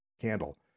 candle